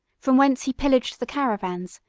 from whence he pillaged the caravans,